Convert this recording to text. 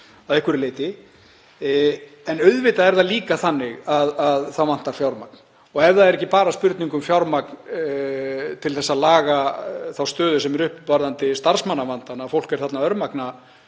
að einhverju leyti. En auðvitað er það líka þannig að það vantar fjármagn og ef það er ekki bara spurning um fjármagn til þess að laga þá stöðu sem uppi er varðandi starfsmannavanda, fólk er þarna örmagna